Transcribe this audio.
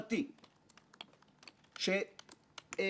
והזמן שלא היה לנו לנהל דו-שיח